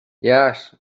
yes